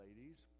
ladies